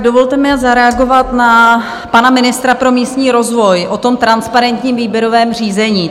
Dovolte mi zareagovat na pana ministra pro místní rozvoj o transparentním výběrovém řízení.